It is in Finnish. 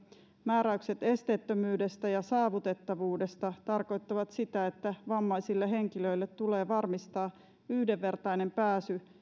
määräykset esteettömyydestä ja saavutettavuudesta tarkoittavat sitä että vammaisille henkilöille tulee varmistaa yhdenvertainen pääsy